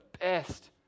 best